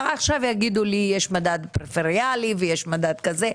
ועכשיו יגידו לי יש מדד פריפריאלי ויש מדד כזה.